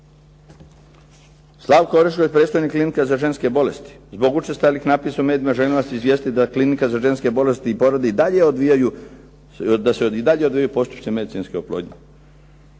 Slavko Orešković, predstojnik Klinike za ženske bolesti. "Zbog učestalih napisa u medijima, želim vas izvijestiti da je Klinika za ženske bolesti i porode i dalje odvijaju postupke medicinske oplodnje".